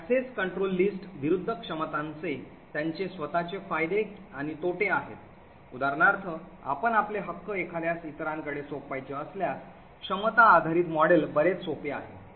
Access Control List विरुद्ध क्षमतांचे त्यांचे स्वतःचे फायदे आणि तोटे आहेत उदाहरणार्थ आपण आपले हक्क एखाद्यास इतरांकडे सोपवायचे असल्यास क्षमता आधारित मॉडेल बरेच सोपे आहे